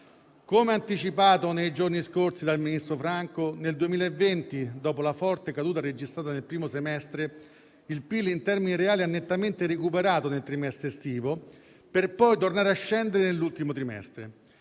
Come anticipato nei giorni scorsi dal ministro Franco, nel 2020, dopo la forte caduta registrata nel primo trimestre, il PIL in termini reali ha nettamente recuperato nel trimestre estivo, per poi tornare a scendere nell'ultimo trimestre.